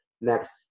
next